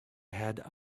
had